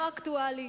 לא אקטואלי.